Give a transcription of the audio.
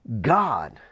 God